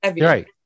Right